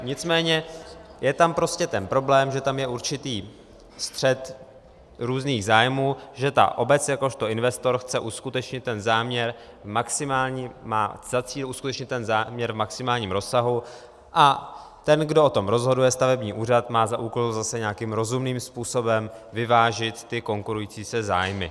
Nicméně je tam prostě ten problém, že tam je určitý střet různých zájmů, že obec jakožto investor chce uskutečnit ten záměr, má za cíl uskutečnit záměr v maximálním rozsahu, a ten, kdo o tom rozhoduje, stavební úřad, má za úkol zase nějakým rozumným způsobem vyvážit konkurující si zájmy.